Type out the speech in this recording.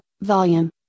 volume